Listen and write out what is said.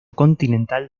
continental